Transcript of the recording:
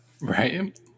Right